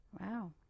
Wow